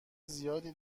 زیادی